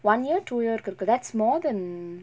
one year two year கு இருக்கு:ku irukku that's more than